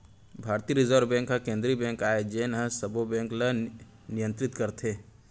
भारतीय reserve bank ह केंद्रीय बेंक आय जेन ह सबो बेंक ल नियतरित करथे